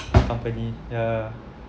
company ya